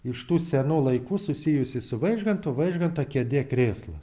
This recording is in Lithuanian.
iš tų senų laikų susijusį su vaižgantu vaižganto kėdė krėslas